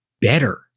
better